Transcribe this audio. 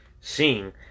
Seeing